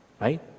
right